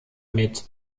mit